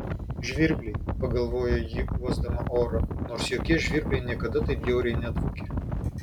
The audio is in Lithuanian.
žvirbliai pagalvojo ji uosdama orą nors jokie žvirbliai niekada taip bjauriai nedvokė